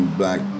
black